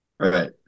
Right